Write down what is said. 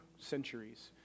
centuries